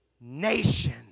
nation